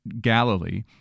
Galilee